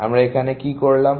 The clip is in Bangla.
আমরা এখানে কি করলাম